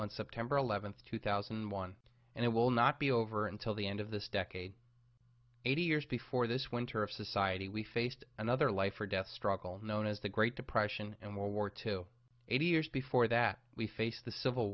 on september eleventh two thousand and one and it will not be over until the end of this decade eighty years before this winter of society we faced another life or death struggle known as the great depression and world war two eighty years before that we faced the civil